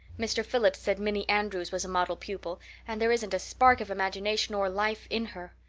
mr. phillips said minnie andrews was a model pupil and there isn't a spark of imagination or life in her.